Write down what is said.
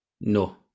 No